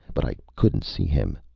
but i couldn't see him.